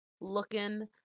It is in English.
looking